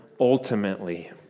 ultimately